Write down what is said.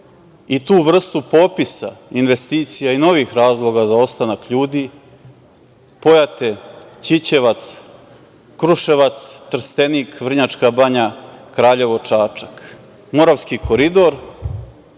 i tu vrstu popisa investicija i novih razloga za ostanak ljudi - Pojate, Ćićevac, Kruševac, Trstenik, Vrnjačka Banja, Kraljevo, Čačak. Moravski koridor,